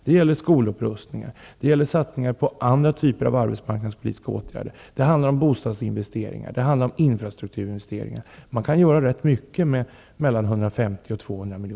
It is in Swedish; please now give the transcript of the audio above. Det gäller skolupprustningar, satsningar på andra typer av arbetsmarknadspolitiska åtgärder, bostadsinvesteringar, infrastrukturinvesteringar m.m. Man kan göra rätt mycket med 150--200 milj.